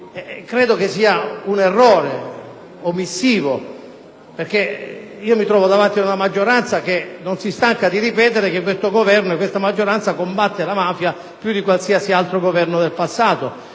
tratti di un errore omissivo, perché mi trovo davanti a una maggioranza che non si stanca di ripetere che questo Governo e questa maggioranza combattono la mafia più di qualsiasi altro Governo del passato.